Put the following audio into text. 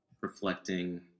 reflecting